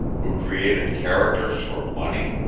who created characters for money,